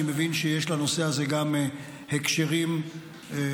אני מבין שיש לנושא הזה גם הקשרים לתחום